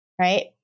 Right